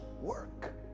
work